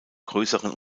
größeren